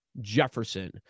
Jefferson